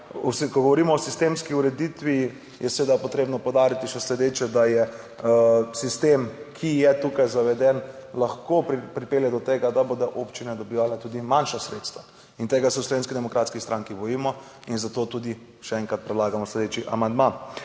ko govorimo o sistemski ureditvi, je seveda potrebno poudariti še sledeče, da je sistem, ki je tukaj zaveden, lahko pripelje do tega, da bodo občine dobivala tudi manjša sredstva in tega se v Slovenski demokratski stranki bojimo in zato tudi še enkrat predlagamo sledeči amandma.